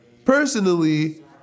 Personally